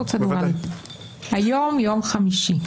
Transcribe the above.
היום יום חמישי.